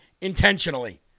intentionally